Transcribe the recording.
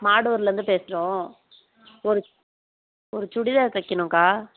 மாடூரில் இருந்து பேசுகிறோம் ஒரு ஒரு சுடிதார் தைக்கணும்க்கா